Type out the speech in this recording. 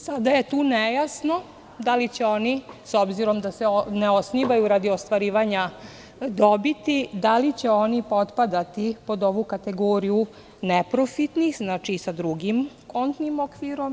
Sada je tu nejasno da li će oni, s obzirom da se ne osnivaju radi ostvarivanja dobiti, da li će oni potpadati pod ovu kategoriju neprofitnih, sa drugim kontnim okvirom.